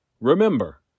Remember